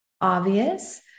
obvious